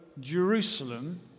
Jerusalem